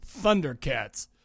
Thundercats